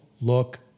look